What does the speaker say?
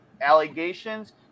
allegations